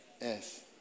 Yes